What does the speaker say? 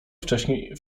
wcześnie